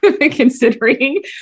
considering